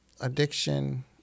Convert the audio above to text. addiction